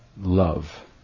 love